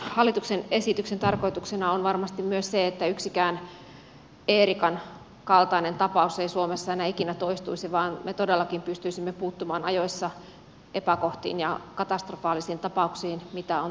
tämän hallituksen esityksen tarkoituksena on varmasti myös se että eerikan kaltainen tapaus ei suomessa enää ikinä toistuisi vaan me todellakin pystyisimme puuttumaan ajoissa epäkohtiin ja katastrofaalisiin tapauksiin mitä on tapahtumassa